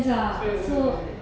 mm mm mm